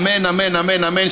אמן, אמן, אמן, אמן.